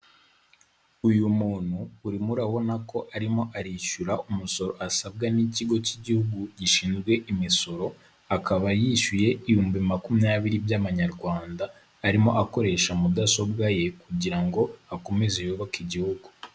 Uyu muntu uririmo abona ko arimo arishyura umusoro asabwa n'ikigo cy'igihugu gishinzwe imisoro, akaba yishyuye ibihumbi makumyabiri by'amanyarwanda, arimo akoresha mudasobwa ye, kugira ngo akomeze yubake igihugu.